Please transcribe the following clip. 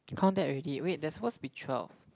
count that already wait there is supposed to be twelve